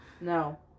No